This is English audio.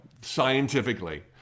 scientifically